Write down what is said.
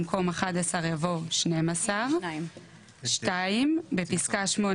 במקום "אחד עשר" יבוא "שנים עשר"; בפסקה (8),